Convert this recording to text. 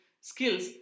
skills